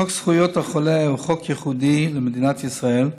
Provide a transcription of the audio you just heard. חוק זכויות החולה הוא חוק ייחודי למדינת ישראל,